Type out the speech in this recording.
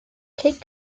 kid